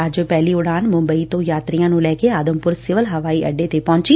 ਅੱਜ ਪਹਿਲੀ ਉੜਾਣ ਮੁੰਬਈ ਤੋਂ ਯਾਤਰੀਆਂ ਨੂੰ ਲੈ ਕੇ ਆਦਮਪੁਰ ਸਿਵਲ ਹਵਾਈ ਅੱਡੇ ਤੇ ਪਹੁੰਚੀ